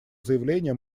заявления